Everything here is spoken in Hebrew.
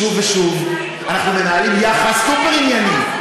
שוב ושוב אנחנו מנהלים יחס סופר-ענייני.